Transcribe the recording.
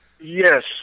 Yes